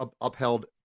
upheld